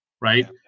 Right